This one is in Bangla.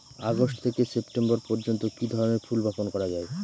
আগস্ট থেকে সেপ্টেম্বর পর্যন্ত কি ধরনের ফুল বপন করা যায়?